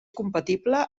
compatible